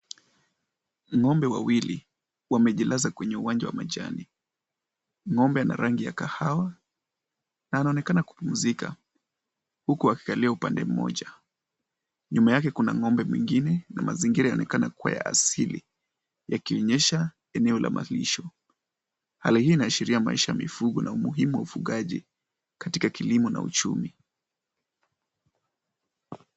Ng'ombe wawili wamejilaza kwenye uwanja wa majani. Ng'ombe ana rangi ya kahawa na anaonekana kupumzika huku akikalia upande mmoja. Nyuma yake kuna ng'ombe mwingine na mazingira yaonekana kuwa ya asili yakionyesha eneo la malisho. Hali hii inaashiria maisha ya mifugo na umuhimu wa ufugaji katika kilimo na uchumi.